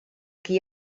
qui